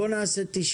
בואו נעשה 90